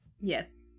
Yes